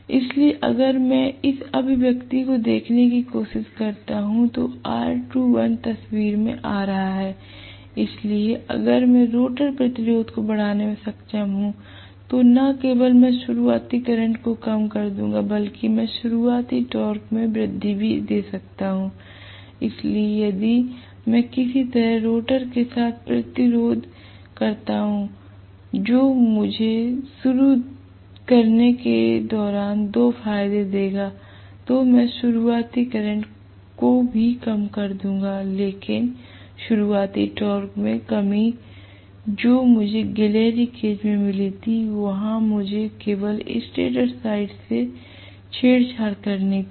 इसलिए अगर मैं इस अभिव्यक्ति को देखने की कोशिश करता हूं तो R2l तस्वीर में आ रहा हैं इसलिए अगर मैं रोटर प्रतिरोध को बढ़ाने में सक्षम हूं तो न केवल मैं शुरुआती करंट को कम कर दूंगा बल्कि मैं शुरुआती टॉर्क में वृद्धि भी दे सकता हूं इसलिए यदि मैं किसी तरह रोटर के साथ प्रतिरोध करता हूं जो मुझे शुरू करने के दौरान दो फायदे देगा तो मैं शुरुआती करंट कोको कम कर दूंगा लेकिन शुरुआती टॉर्क में कमी जो मुझे गिलहरी केज में मिली थी वहां मुझे केवल स्टेटर साइड से छेड़छाड़ करनी थी